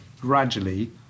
gradually